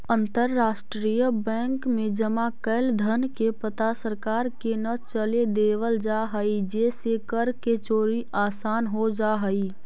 अंतरराष्ट्रीय बैंक में जमा कैल धन के पता सरकार के न चले देवल जा हइ जेसे कर के चोरी आसान हो जा हइ